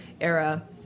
era